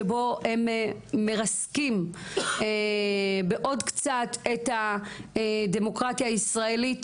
שבו הם מרסקים בעוד קצת את הדמוקרטיה הישראלית,